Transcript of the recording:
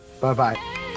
Bye-bye